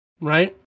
right